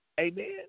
Amen